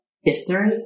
history